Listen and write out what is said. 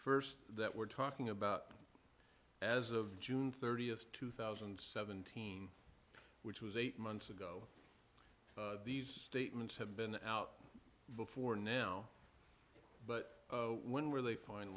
first that we're talking about as of june thirtieth two thousand and seventeen which was eight months ago these statements have been out before now but when were they fin